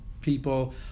people